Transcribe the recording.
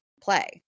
play